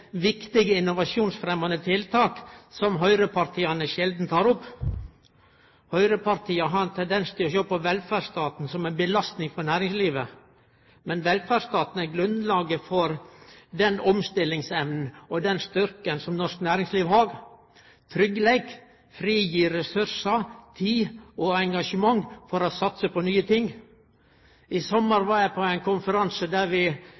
viktige innovasjonsfremmande tiltak som høgrepartia sjeldan tek opp. Høgrepartia har ein tendens til å sjå på velferdsstaten som ei belastning for næringslivet. Men velferdsstaten er grunnlaget for den omstillingsevna og den styrken som norsk næringsliv har. Tryggleik frigjer ressursar, tid og engasjement for å satse på nye ting. I